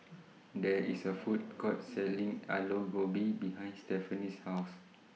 There IS A Food Court Selling Aloo Gobi behind Stephanie's House